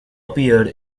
appeared